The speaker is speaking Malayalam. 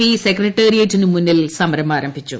പി സെക്രട്ടറിയേറ്റിനു മുന്നിൽ സമരം ആരംഭിച്ചു